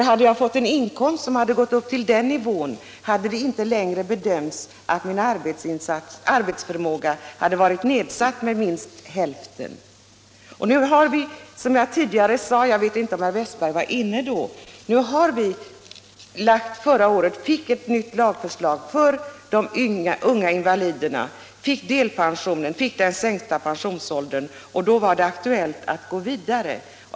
Hade man fått en inkomst som gått upp till den nivån, hade det inte längre bedömts att arbetsförmågan varit nedsatt med minst hälften. Som jag tidigare sade — jag vet inte om herr Wästberg var inne i kammaren då — fick vi förra året ett nytt lagförslag om de unga invaliderna, delpensionen och den sänkta pensionsåldern. Då var det aktuellt att gå vidare.